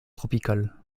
tropical